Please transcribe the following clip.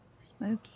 Smoky